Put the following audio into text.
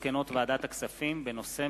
מסקנות ועדת הכספים בעקבות דיון מהיר בנושא: